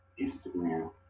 instagram